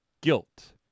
guilt